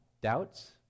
doubts